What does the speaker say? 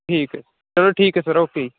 ਠੀਕ ਚਲੋ ਠੀਕ ਹੈ ਸਰ ਓਕੇ ਜੀ